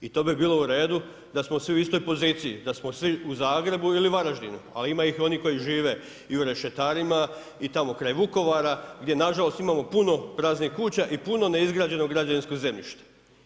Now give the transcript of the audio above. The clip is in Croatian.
I to bi bilo u redu, da smo svi u istoj poziciji, da smo siv u Zagrebu ili Varaždinu, ali ima ih oni koji žive i u Rešetarima i tamo kraj Vukovara, gdje nažalost imamo puno praznih kuća i puno neizgrađenog građevinskog zemljišta.